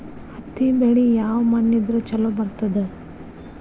ಹತ್ತಿ ಬೆಳಿ ಯಾವ ಮಣ್ಣ ಇದ್ರ ಛಲೋ ಬರ್ತದ?